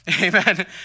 Amen